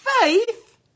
faith